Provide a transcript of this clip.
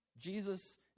Jesus